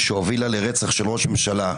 שהובילה לרצח של ראש ממשלה,